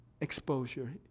exposure